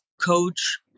coach